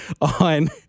on